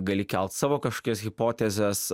gali kelt savo kažkokias hipotezes